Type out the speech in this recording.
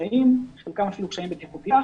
וחלקם אפילו קשיים בטיחותיים.